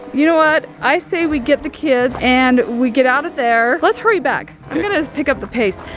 you know what? i say we get the kid and we get out of there. let's hurry back. i'm gonna pick up the pace.